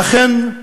ואכן,